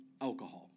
alcohol